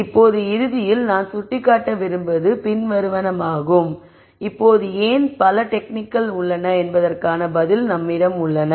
இப்போது இறுதியில் நான் சுட்டிக்காட்ட விரும்புவது பின்வருவனவாகும் இப்போது ஏன் பல டெக்னிக்கள் உள்ளன என்பதற்கான பதில் நம்மிடம் உள்ளது